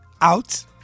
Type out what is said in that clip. out